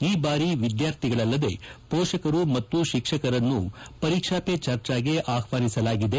ಈ ಬಾರಿ ವಿದ್ಯಾರ್ಥಿಗಳಲ್ಲದೆ ಪೋಷಕರು ಮತ್ತು ಶಿಕ್ಷಕರಿಗೂ ಪರೀಕ್ಷಾ ಪೆ ಚರ್ಚಾಗೆ ಆಹ್ವಾನಿಸಲಾಗಿದೆ